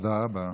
תודה רבה.